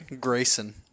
Grayson